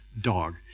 dog